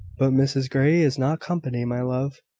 but mrs grey is not company, my love.